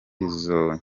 izo